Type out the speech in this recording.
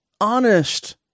honest